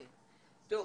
בעיניי,